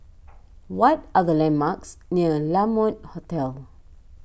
what are the landmarks near La Mode Hotel